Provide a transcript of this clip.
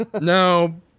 No